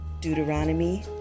Deuteronomy